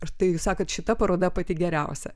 štai jūs sakot šita paroda pati geriausia